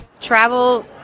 Travel